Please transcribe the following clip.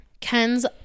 Ken's